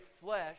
flesh